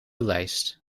lijst